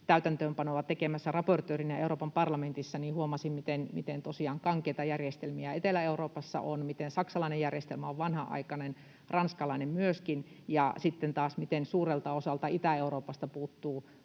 täytäntöönpanoa tekemässä raportöörinä Euroopan parlamentissa, huomasin tosiaan, miten kankeita järjestelmiä on Etelä-Euroopassa, miten saksalainen järjestelmä on vanhanaikainen, ranskalainen myöskin, ja miten suurelta osalta Itä-Euroopasta puuttuu